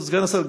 כבוד סגן השר,